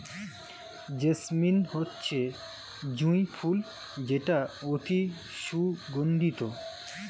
jasmine হচ্ছে জুঁই ফুল যেটা অতি সুগন্ধিত